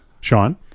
Sean